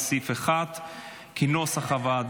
לסעיף 1. הצבעה.